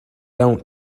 don’t